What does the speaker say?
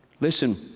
Listen